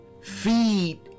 Feed